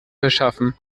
verschaffen